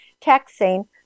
texting